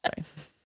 Sorry